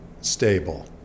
stable